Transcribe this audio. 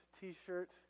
t-shirt